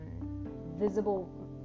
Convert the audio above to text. visible